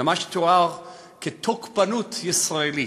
למה שתואר כתוקפנות ישראלית,